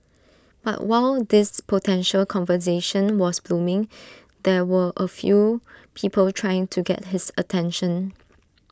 but while this potential conversation was blooming there were A few people trying to get his attention